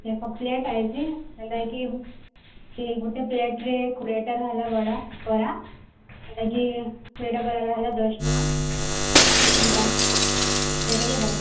ଦେଖ ପ୍ଲେଟ୍ ଆଇଚି ସେନ୍ତା ହେଇକି ଏ ଗୋଟେ ପ୍ଲେଟ୍ରେ କୁଡ଼ିଏଟା ରହିଲା ବଡ଼ା ବରା ଯେନ୍ତା କି କୁଡ଼ିଏଟା ବରା ରହିଲା ଦଶ ଟଙ୍କା ସେଟା କି ଦଶ